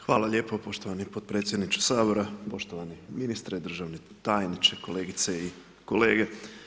Hvala lijepo poštovani potpredsjedniče Sabora, poštovani ministre, državni tajniče, kolegice i kolege.